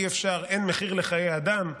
אין מחיר לחיי אדם,